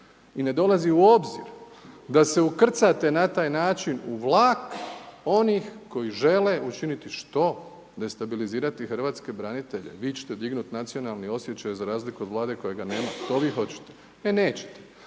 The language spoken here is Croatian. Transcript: I ne dolazi u obzir da se ukrcate na taj način u vlak onih koji žele učiniti što? Destabilizirati hrvatske branitelje? Vi ćete dignuti nacionalni osjećaj za razliku od Vlade kojega nema. To vi hoćete? E nećete.